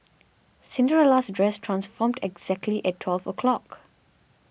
Cinderella's dress transformed exactly at twelve o' clock